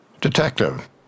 Detective